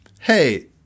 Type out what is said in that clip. hey